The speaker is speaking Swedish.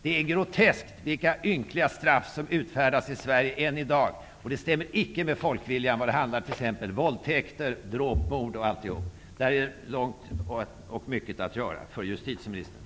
Det är groteskt att det utfärdas så ynkliga straff i Sverige än i dag. De överensstämmer icke med folkviljan när det t.ex. gäller våldtäkter, dråp och mord. Där finns det mycket att göra för justitieministern.